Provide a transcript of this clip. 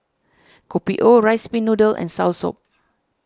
Kopi O Rice Pin Noodles and Soursop